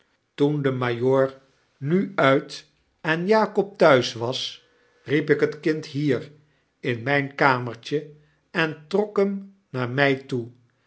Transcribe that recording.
de majoor nu uit en jakob thuis was riep ik het kind hier in mijn kamertje eh trok hem naar mij toe